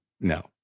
No